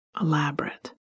elaborate